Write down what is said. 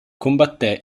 combatté